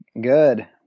Good